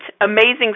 amazing